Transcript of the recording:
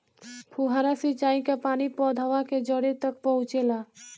फुहारा सिंचाई का पानी पौधवा के जड़े तक पहुचे ला?